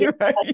right